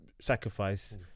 sacrifice